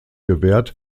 gewährt